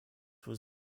was